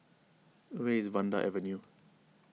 where is Vanda Avenue